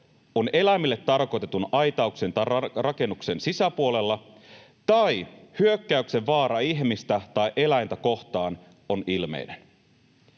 on eläimille tarkoitetun aitauksen tai rakennuksen sisäpuolella tai jossa hyökkäyksen vaara ihmistä tai eläintä kohtaan on ilmeinen.